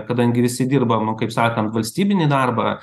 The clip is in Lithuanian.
kadangi visi dirbam nu kaip sakant valstybinį darbą